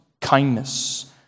kindness